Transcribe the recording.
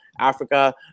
Africa